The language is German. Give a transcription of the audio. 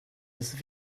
ist